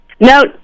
No